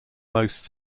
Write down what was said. most